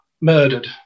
murdered